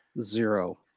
zero